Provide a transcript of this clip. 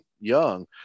young